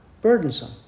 Burdensome